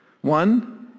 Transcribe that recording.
One